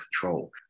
control